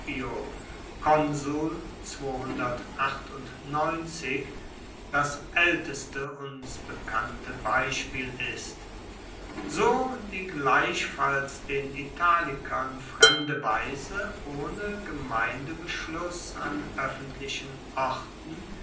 das aelteste uns bekannte beispiel ist so die gleichfalls den italikern fremde weise ohne gemeindebeschluss an oeffentlichen orten